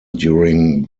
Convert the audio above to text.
during